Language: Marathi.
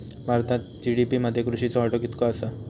भारतात जी.डी.पी मध्ये कृषीचो वाटो कितको आसा?